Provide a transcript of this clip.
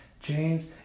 james